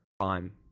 time